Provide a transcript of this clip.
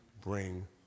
bring